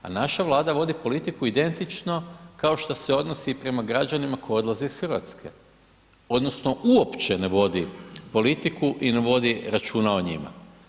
A naša Vlada vodi politiku identično kao što se odnosi i prema građanima koji odlaze iz Hrvatske, odnosno uopće ne vodi politiku i ne vodi računa o njima.